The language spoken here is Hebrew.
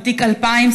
ותיק 2000,